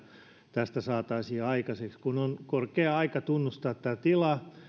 saataisiin aikaiseksi kun on korkea aika tunnustaa tämä tila